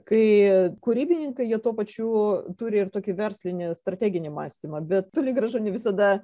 kai kūrybininkai jie tuo pačiu turi ir tokį verslinį strateginį mąstymą bet toli gražu ne visada